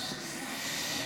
חשוב מאוד.